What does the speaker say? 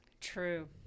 True